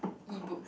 E-books